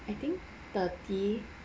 I think thirty